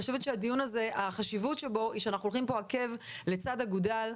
אני חושבת שהדיון הזה החשיבות שבו היא שאנחנו הולכים פה עקב לצד אגודל,